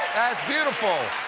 that's beautiful!